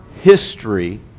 history